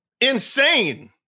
insane